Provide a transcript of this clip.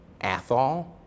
Athol